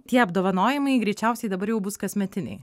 tie apdovanojimai greičiausiai dabar jau bus kasmetiniai